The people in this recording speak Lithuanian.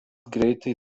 greitai